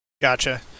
Gotcha